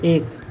एक